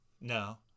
No